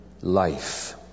life